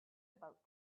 about